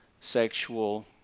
sexual